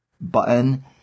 button